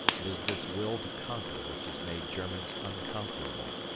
it is this will to conquer which has made germans unconquerable,